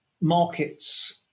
markets